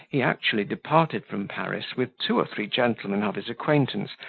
he actually departed from paris with two or three gentlemen of his acquaintance,